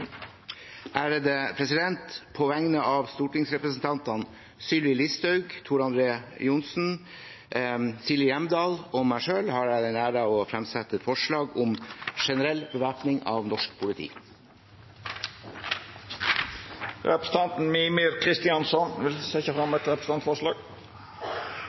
På vegne av stortingsrepresentantene Sylvi Listhaug, Tor André Johnsen, Silje Hjemdal, Himanshu Gulati og meg selv har jeg æren av å framsette et forslag om generell bevæpning av politiet. Representanten Mímir Kristjánsson vil setja fram